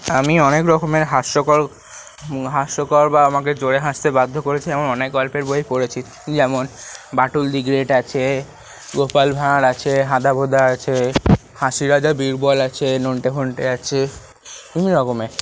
আমি অনেক রকমের হাস্যকর হাস্যকর বা আমাকে জোরে হাসতে বাধ্য করেছে এমন অনেক গল্পের বই পড়েছি যেমন বাঁটুল দি গ্রেট আছে গোপাল ভাঁড় আছে হাঁদাভোঁদা আছে হাসির রাজা বীরবল আছে নন্টেফন্টে আছে এইরকমের